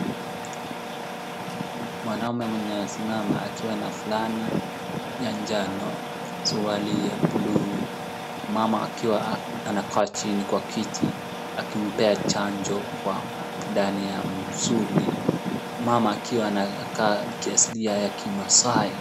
Mwanaume mwenye anasimama akiwa na fulana ya njano suruali ya buluu mama akiwa anakaa chini kwa kiti akimpea chanjo ndani ya msuli mama akiwa anakaa kiasili ya kimaasai.